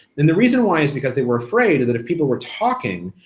and the reason why is because they were afraid that if people were talking,